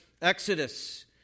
Exodus